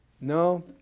No